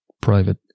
private